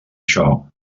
això